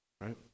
right